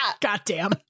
Goddamn